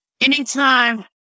anytime